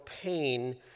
pain